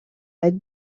had